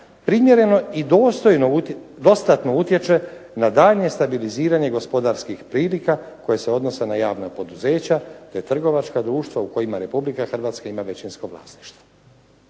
primjereno i dostatno utječe na daljnje stabiliziranje gospodarskih prilika koje se odnose na javna poduzeća te trgovačka društva u kojima Republika Hrvatska ima većinsko vlasništvo.